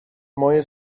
moje